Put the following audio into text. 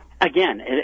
Again